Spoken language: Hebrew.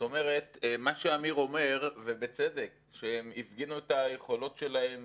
מה שאמיר אומר, ובצדק, שהם הפגינו את היכולות שלהם